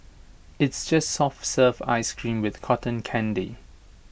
it's just soft serve Ice Cream with Cotton Candy